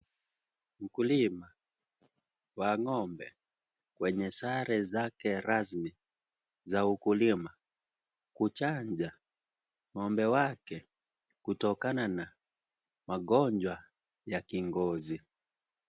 Mkulima, wa ng'ombe mwenye sare zake rasmi za ukulima, kuchanja ng'ombe wake kutokana na magonjwa ya kigonzi.